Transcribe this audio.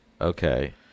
Okay